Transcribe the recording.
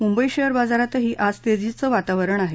Mumbai share बाजारातही आज तेजीचं वातावरण आहे